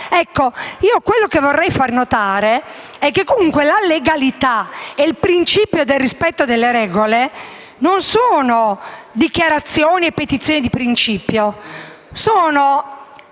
protocolli. Ebbene, vorrei far notare che, comunque, la legalità e il principio del rispetto delle regole non sono dichiarazioni e petizioni di principio, ma